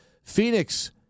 Phoenix